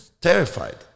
terrified